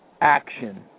Action